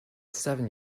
seven